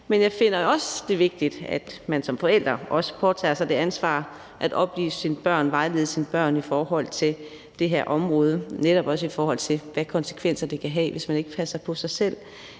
Men jeg finder det også vigtigt, at man som forældre også påtager sig det ansvar at oplyse sine børn og vejlede sine børn i forhold til det her område, netop også i forhold til hvilke konsekvenser det kan have, hvis man ikke passer på sig selv,